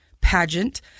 pageant